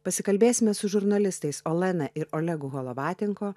pasikalbėsime su žurnalistais olena ir olegu holovatinko